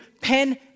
pen